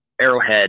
arrowhead